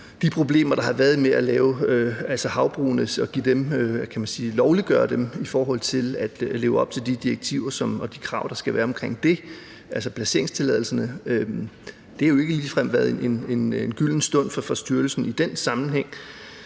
de problemer, der har været med at lovliggøre havbrugene i forhold til at leve op til de direktiver og de krav, der skal være omkring det, altså placeringstilladelserne. Det har jo ikke ligefrem været en gylden stund for styrelsen i den sammenhæng.